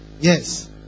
Yes